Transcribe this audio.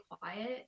quiet